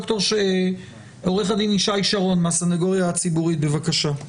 עו"ד ישי שרון מהסנגוריה הציבורית, בקשה.